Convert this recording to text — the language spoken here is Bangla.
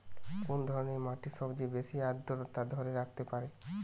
কোন ধরনের মাটি সবচেয়ে বেশি আর্দ্রতা ধরে রাখতে পারে?